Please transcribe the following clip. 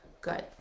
good